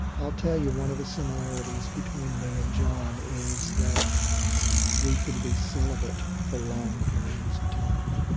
i'll tell you one of the similarities between me and john is that we can be celibate for long periods of time.